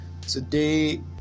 Today